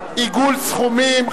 עיגול סכומים).